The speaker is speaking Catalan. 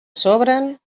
sobren